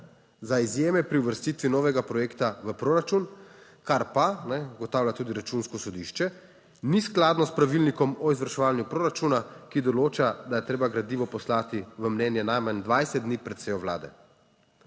za izjeme pri uvrstitvi novega projekta v proračun, kar pa ugotavlja tudi Računsko sodišče, ni skladno s pravilnikom o izvrševanju proračuna, ki določa, da je treba gradivo poslati v mnenje najmanj 20 dni pred sejo vlade.